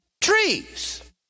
trees